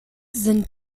sind